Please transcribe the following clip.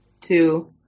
two